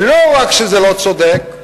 ולא רק שזה לא צודק,